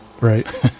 Right